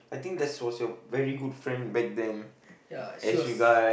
ya she was